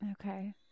okay